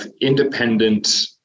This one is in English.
independent